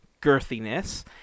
girthiness